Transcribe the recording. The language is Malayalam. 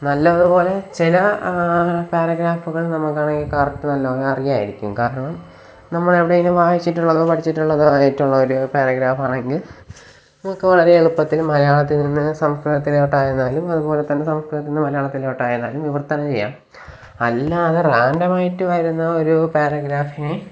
നല്ലതുപോലെ ചില പാരഗ്രാഫുകൾ കറക്റ്റ് നല്ലോണം അറിയാമായിരിക്കും കാരണം നമ്മൾ എവിടേലും വായിച്ചിട്ടുള്ളതോ പഠിച്ചിട്ടുള്ളതോ ആയിട്ടുള്ളൊരു പാരഗ്രാഫാണെങ്കിൽ നമുക്ക് വളരെ എളുപ്പത്തിൽ മലയാളത്തിൽ നിന്ന് സംസ്കൃതത്തിലോട്ടായിരുന്നാലും അതുപോലെ തന്നെ സംസ്കൃതത്തിൽ നിന്ന് മലയാളത്തിലോട്ടായിരുന്നാലും വിവർത്തനം ചെയ്യാം അല്ലാതെ റാൻഡമായിട്ട് വരുന്ന ഒരു പാരഗ്രാഫിനെ